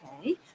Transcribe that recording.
okay